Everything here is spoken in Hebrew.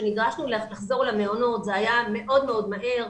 כשנדרשנו לחזור למעונות, זה היה מאוד מאוד מהר.